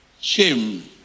shame